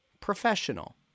professional